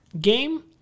game